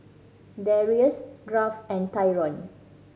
Darrius Garth and Tyrone